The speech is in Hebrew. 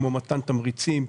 כמו מתן תמריצים,